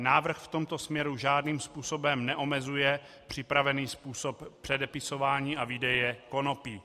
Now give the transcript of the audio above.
Návrh v tomto směru žádným způsobem neomezuje připravený způsob předepisování a výdeje konopí.